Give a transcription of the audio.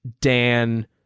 Dan